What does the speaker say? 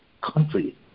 country